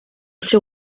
seu